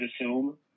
assume